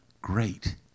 Great